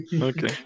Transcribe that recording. Okay